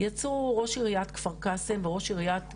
יצאו ראש עיריית כפר קאסם וראש עיריית גבעתיים,